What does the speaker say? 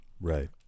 Right